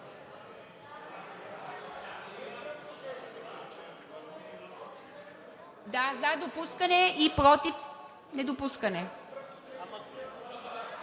Да, за допускане и против недопускане.